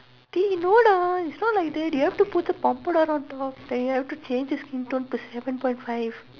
dey no lah it's not like that you have to put the powder on top and you have to change the skin tone to seven point five